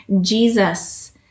Jesus